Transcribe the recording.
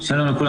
שלום לכולם.